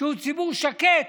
שהוא ציבור שקט,